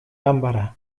ganbara